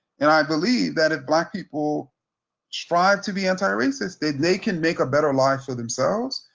and i believe that if black people strive to be anti-racist, they can make a better life for themselves,